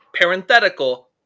parenthetical